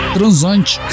Transante